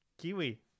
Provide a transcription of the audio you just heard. kiwi